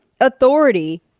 authority